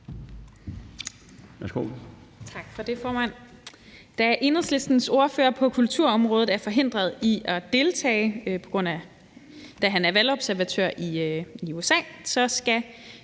Tak for det. Da Enhedslistens ordfører på kulturområdet er forhindret i at være til stede grundet deltagelse i valgobservation i USA, skal